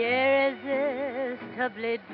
irresistibly